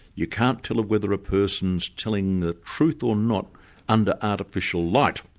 you can't tell whether a person's telling the truth or not under artificial light,